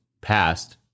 past